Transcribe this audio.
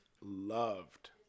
loved